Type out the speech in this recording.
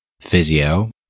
Physio